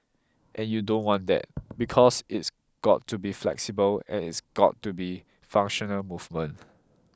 and you don't want that because it's got to be flexible and it's got to be functional movement